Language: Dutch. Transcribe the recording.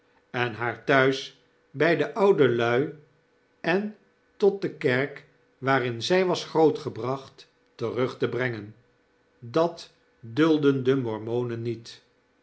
en haar thuis by de oude lui en tot de kerk waarin zy was grootgebracht terug te brengen datdulden de mormonen niet